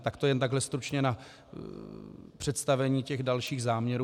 Tak to jen takhle stručně na představení dalších záměrů.